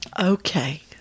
Okay